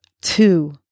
two